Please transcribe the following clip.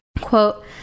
quote